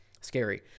scary